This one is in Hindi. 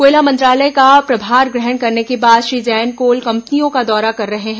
कोयला मंत्रालय का प्रभार ग्रहण करने के बाद श्री जैन कोल कंपनियों का दौरा कर रह हैं